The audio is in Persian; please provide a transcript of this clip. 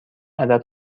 عدد